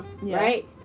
right